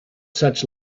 such